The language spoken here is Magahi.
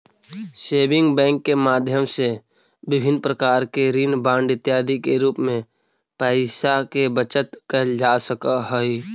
सेविंग बैंक के माध्यम से विभिन्न प्रकार के ऋण बांड इत्यादि के रूप में पैइसा के बचत कैल जा सकऽ हइ